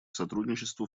сотрудничеству